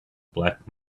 black